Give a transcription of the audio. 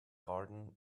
garden